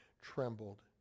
trembled